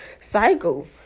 cycle